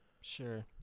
Sure